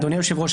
אדוני היושב-ראש,